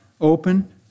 open